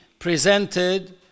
presented